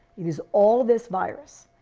it is all this virus.